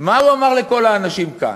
מה הוא אמר לכל האנשים כאן?